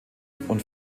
und